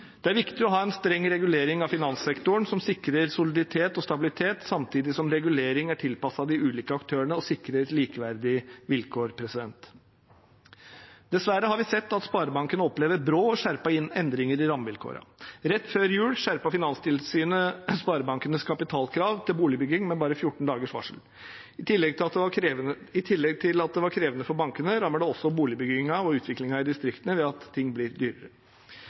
Det er viktig å ha en streng regulering av finanssektoren som sikrer soliditet og stabilitet, samtidig som reguleringen er tilpasset de ulike aktørene og sikrer likeverdige vilkår. Dessverre har vi sett at sparebankene opplever brå og skjerpede endringer i rammevilkårene. Rett før jul skjerpet Finanstilsynet sparebankenes kapitalkrav til boligbygging med bare 14 dagers varsel. I tillegg til at det var krevende for bankene, rammer det også boligbygging og utvikling i distriktene ved at dette blir dyrere.